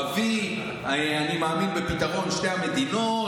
אבי "אני מאמין בפתרון שתי המדינות".